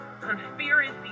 conspiracy